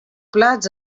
plats